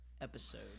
episode